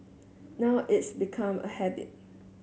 now it's become a habit